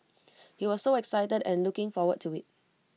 he was so excited and looking forward to IT